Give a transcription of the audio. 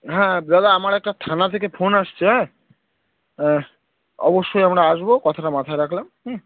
হ্যাঁ দাদা আমার একটা থানা থেকে ফোন আসছে অ্যাঁ অ্যাঁ অবশ্যই আমরা আসবো কথাটা মাথায় রাখলাম হুম